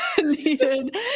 needed